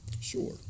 Sure